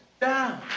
down